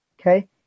okay